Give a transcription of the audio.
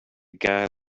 guy